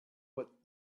what